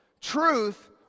truth